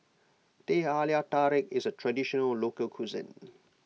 Teh Halia Tarik is a Traditional Local Cuisine